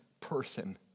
person